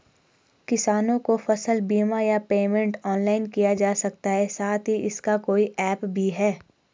किसानों को फसल बीमा या पेमेंट ऑनलाइन किया जा सकता है साथ ही इसका कोई ऐप भी है?